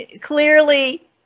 clearly